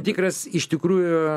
tikras iš tikrųjų